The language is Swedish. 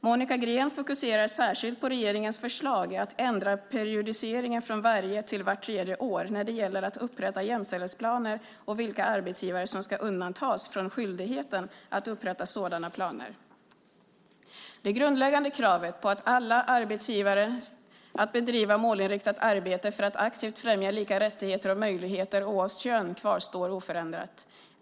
Monica Green fokuserar särskilt på regeringens förslag att ändra periodiseringen, från varje till vart tredje år, när det gäller att upprätta jämställdhetsplaner och vilka arbetsgivare som ska undantas från skyldigheten att upprätta sådana planer. Det grundläggande kravet på alla arbetsgivare att bedriva ett målinriktat arbete för att aktivt främja lika rättigheter och möjligheter oavsett kön kvarstår oförändrat.